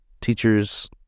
teachers